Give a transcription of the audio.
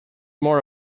more